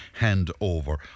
handover